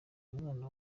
mwana